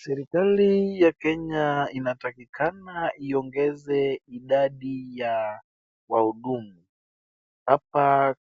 Serikali ya Kenya inatakikana iongeze idadi ya wahudumu. Hapa